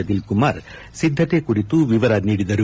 ಅನಿಲ್ ಕುಮಾರ್ ಸಿದ್ಧಕೆ ಕುರಿತು ವಿವರ ನೀಡಿದರು